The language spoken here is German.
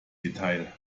detail